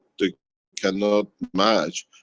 they cannot match,